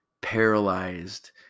paralyzed